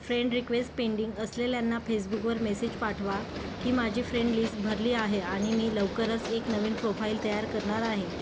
friend request pending असलेल्यांना फेसबुकवर message पाठवा की माझी फ्रेंड लिस्ट भरली आहे आणि मी लवकरच एक नवीन प्रोफाइल तयार करणार आहे